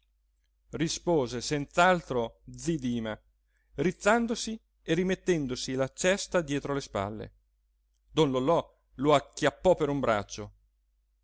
rispose senz'altro zi dima rizzandosi e rimettendosi la cesta dietro le spalle don lollò lo acchiappò per un braccio